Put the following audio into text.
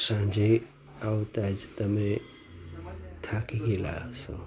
સાંજે આવતા જ તમે થાકી ગયેલા હશો